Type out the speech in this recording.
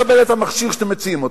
לא מקבל את המכשיר שאתם מציעים.